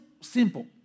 simple